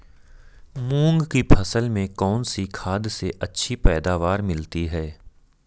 मूंग की फसल में कौनसी खाद से अच्छी पैदावार मिलती है?